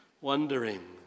wondering